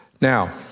Now